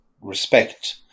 respect